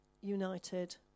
united